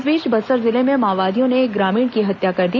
इस बीच बस्तर जिले में माओवादियों ने एक ग्रामीण की हत्या कर दी